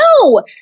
no